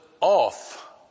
off